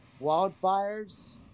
wildfires